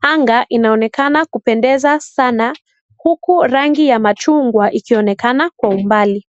Anga inaonekana kupendeza sana huku rangi ya machungwa ikionekana kwa umbali.